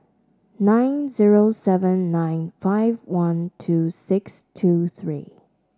nine zero seven nine five one two six two three